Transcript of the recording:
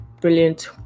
brilliant